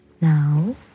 Now